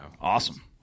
Awesome